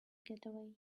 getaway